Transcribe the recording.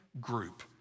group